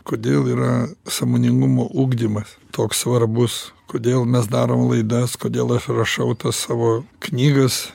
kodėl yra sąmoningumo ugdymas toks svarbus kodėl mes darom laidas kodėl aš rašau tas savo knygas